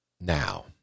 Now